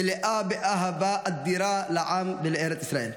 מלאה באהבה אדירה לעם ולארץ ישראל.